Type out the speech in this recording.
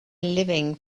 living